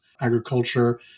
agriculture